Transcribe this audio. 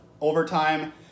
overtime